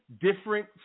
different